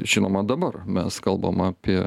žinoma dabar mes kalbam apie